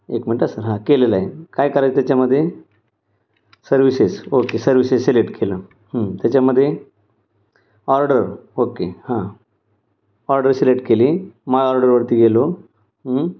एक मिनटं हां सर हां केलेलं आहे काय करायचं त्याच्यामध्ये सर्विसेस ओके सर्विसेस सिलेक्ट केलं त्याच्यामध्ये ऑर्डर ओके हां ऑर्डर सिलेक्ट केली मायऑर्डरवरती गेलो